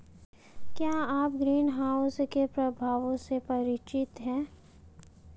क्या आप ग्रीनहाउस के प्रभावों से परिचित हैं?